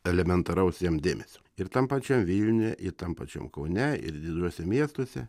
elementaraus jam dėmesio ir tam pačiam vilniuje tam pačiam kaune ir dideliuose miestuose